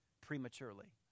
prematurely